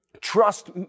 trust